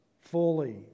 fully